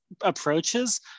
approaches